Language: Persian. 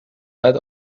بعد